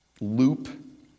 loop